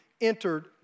entered